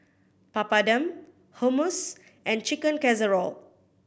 Papadum Hummus and Chicken Casserole